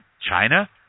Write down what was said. China